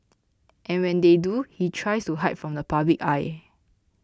and when they do he tries to hide from the public eye